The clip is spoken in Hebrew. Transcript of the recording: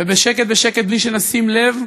ובשקט בשקט, בלי שנשים לב.